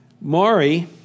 Maury